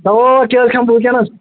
دوا ووا کیٛاہ حظ کھیٚمہٕ بہٕ وُنکیٚنَس